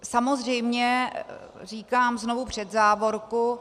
Samozřejmě říkám znovu před závorku...